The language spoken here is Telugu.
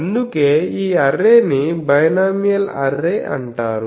అందుకే ఈ అర్రే ని బైనామియల్ అర్రే అంటారు